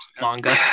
manga